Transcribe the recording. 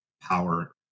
power